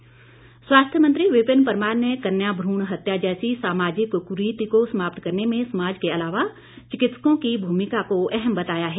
परमार स्वास्थ्य मंत्री विपिन परमार ने कन्या भ्रण हत्या जैसी सामाजिक कुरीति को समाप्त करने में समाज के अलावा चिकित्सकों की भूमिका को अहम बताया है